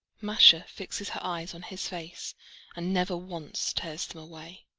masha fixes her eyes on his face and never once tears them away.